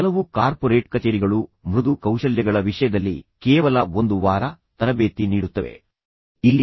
ಕೆಲವು ಕಾರ್ಪೊರೇಟ್ ಕಚೇರಿಗಳು ಅಭ್ಯರ್ಥಿಗಳಿಗೆ ಕೇವಲ 1 ವಾರ 10 ದಿನಗಳ ಕಾಲ ತರಬೇತಿ ನೀಡುತ್ತವೆ ಮತ್ತು ನಂತರ ಅವರು ಮೃದು ಕೌಶಲ್ಯಗಳ ವಿಷಯದಲ್ಲಿ ಸೌಂದರ್ಯವರ್ಧಕ ಸ್ಪರ್ಶವನ್ನು ನೀಡುತ್ತಾರೆ